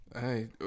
Hey